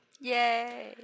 Yay